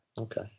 okay